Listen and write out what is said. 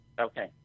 Okay